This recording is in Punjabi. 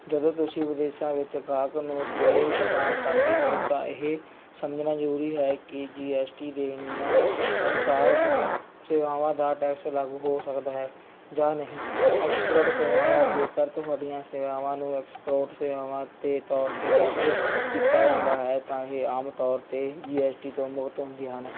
ਜਦੋਂ ਤੁਸੀਂ ਵਿਦੇਸ਼ਾਂ ਵਿੱਚ ਗਾਹਕ ਨੂੰ ਸਵੇਬ ਪ੍ਰਦਾਨ ਕਰਦੇ ਹੋ ਤਾਂ ਇਹ ਸਮਝਣਾ ਜ਼ਰੂਰੀ ਹੈ ਕਿ ਜੀ ਐਸ ਟੀ ਦੇ ਨਿਯਮ ਅਨੁਸਾਰ ਬਹੁ ਸੇਵਾਵਾਂ ਦਾ ਟੈਕਸ ਲਾਗੂ ਹੋ ਸਕਦਾ ਹੈ ਜਾਂ ਨਹੀਂ ਐਕਸਪਰੋਟ ਸੇਵਾਵਾਂ ਜੇਕਰ ਤੁਹਾਡੀਆਂ ਸੇਵਾਵਾਂ ਨੂੰ ਐਕਸਪਰੋਟ ਸੇਵਾਵਾਂ ਦੇ ਤੌਰ 'ਤੇ ਦਰਜ ਕੀਤਾ ਜਾਂਦਾ ਹੈ ਤਾਂ ਇਹ ਆਮ ਤੌਰ 'ਤੇ ਜੀ ਐਸ ਟੀ ਤੋਂ ਮੁਕਤ ਹੁੰਦੀਆਂ ਹਨ